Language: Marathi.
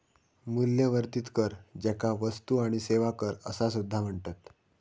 मूल्यवर्धित कर, ज्याका वस्तू आणि सेवा कर असा सुद्धा म्हणतत